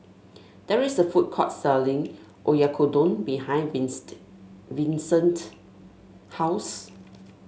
there is a food court selling Oyakodon behind Vicente house